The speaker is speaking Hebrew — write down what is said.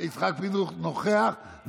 נוכח.